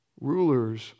Rulers